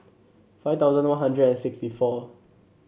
five thousand One Hundred and sixty four